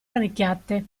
rannicchiate